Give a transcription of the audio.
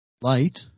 light